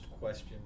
question